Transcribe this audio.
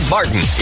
Martin